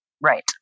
Right